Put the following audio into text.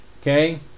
Okay